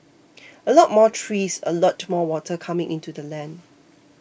a lot more trees a lot more water coming into the land